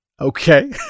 Okay